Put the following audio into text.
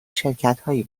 شرکتهایی